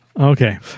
Okay